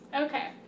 Okay